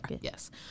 Yes